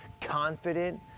confident